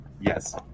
Yes